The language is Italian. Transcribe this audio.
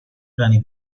brani